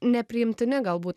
nepriimtini galbūt